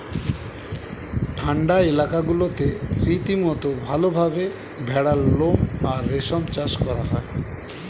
ঠান্ডা এলাকাগুলোতে রীতিমতো ভালভাবে ভেড়ার লোম আর রেশম চাষ করা হয়